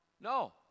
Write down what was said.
No